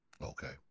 okay